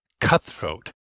cutthroat